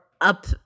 up